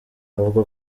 avuga